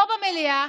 פה במליאה,